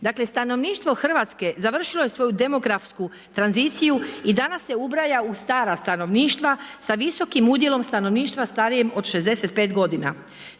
Dakle stanovništvo Hrvatsko, završilo je svoju demografsku tranziciju i danas se ubraja u stara stanovništva sa viskom udjelom stanovništva starijem od 65 godina.